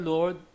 Lord